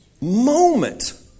moment